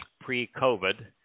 pre-COVID